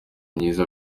myiza